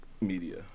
media